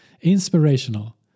Inspirational